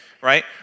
Right